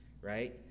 Right